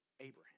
Abraham